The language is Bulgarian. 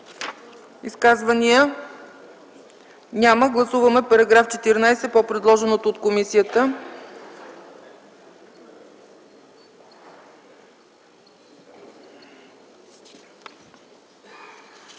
Изказвания? Няма. Гласуваме § 14 по предложеното от комисията.